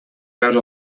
out